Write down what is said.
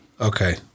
Okay